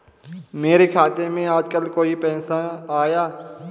मेरे खाते में आजकल कोई पैसा आया?